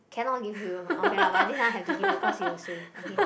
cannot give you okay lah but this one I have to give because you will say okay